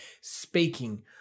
speaking